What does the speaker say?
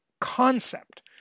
concept